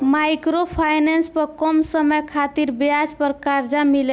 micro finance पर कम समय खातिर ब्याज पर कर्जा मिलेला